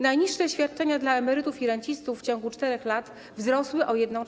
Najniższe świadczenia dla emerytów i rencistów w ciągu 4 lat wzrosły o 1/4.